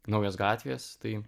naujos gatvės tai